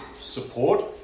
support